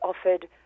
offered